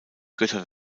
götter